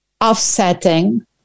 offsetting